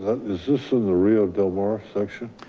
is this in the real del mar section?